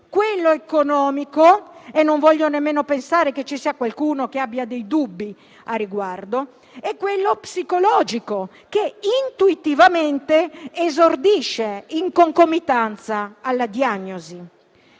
quello economico - e non voglio nemmeno pensare che ci sia qualcuno che abbia dei dubbi al riguardo - e quello psicologico che, intuitivamente, esordisce in concomitanza alla diagnosi.